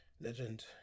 Legend